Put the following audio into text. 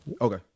Okay